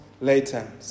later